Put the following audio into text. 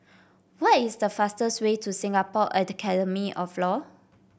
what is the fastest way to Singapore of Law